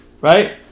right